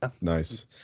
nice